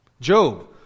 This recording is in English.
Job